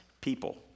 people